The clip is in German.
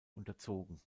unterzogen